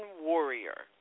warrior